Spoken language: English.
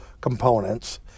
components